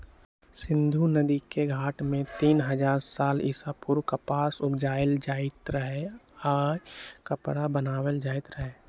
सिंधु नदिके घाट में तीन हजार साल ईसा पूर्व कपास उपजायल जाइत रहै आऽ कपरा बनाएल जाइत रहै